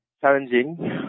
challenging